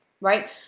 right